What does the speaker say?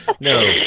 No